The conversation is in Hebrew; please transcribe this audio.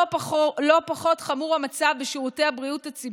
לא פחות חמור המצב בשירותי בריאות הציבור.